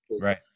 right